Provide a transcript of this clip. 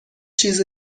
چیز